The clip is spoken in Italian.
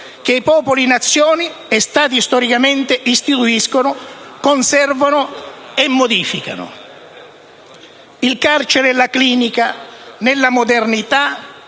che i popoli-nazioni e gli Stati storicamente istituiscono, conservano e modificano. Il carcere e la clinica nella modernità